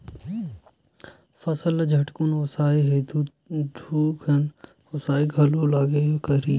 फसल ल झटकुन ओसाना हे त दू झन ओसइया घलोक लागबे करही